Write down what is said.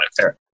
Fair